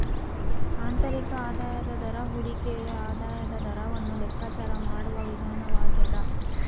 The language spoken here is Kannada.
ಆಂತರಿಕ ಆದಾಯದ ದರ ಹೂಡಿಕೆಯ ಆದಾಯದ ದರವನ್ನು ಲೆಕ್ಕಾಚಾರ ಮಾಡುವ ವಿಧಾನವಾಗ್ಯದ